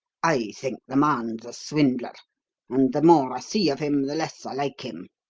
i think the man's a swindler and the more i see of him, the less i like him.